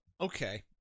okay